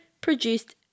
produced